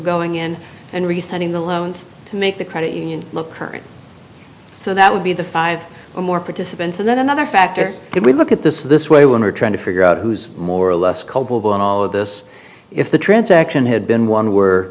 going in and resetting the loans to make the credit union look her in so that would be the five or more participants and then another factor could we look at this this way when we're trying to figure out who's more or less culpable in all of this if the transaction had been one were